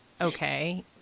okay